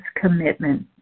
commitment